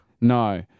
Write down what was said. No